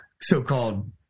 So-called